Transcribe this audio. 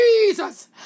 Jesus